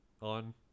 on